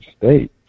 State